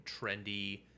trendy